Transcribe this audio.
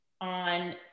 on